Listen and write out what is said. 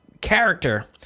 character